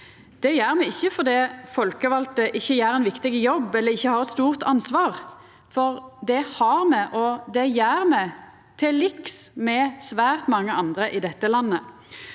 Det gjer me ikkje fordi folkevalde ikkje gjer ein viktig jobb eller ikkje har eit stort ansvar, for det har me, og det gjer me, til liks med svært mange andre i dette landet.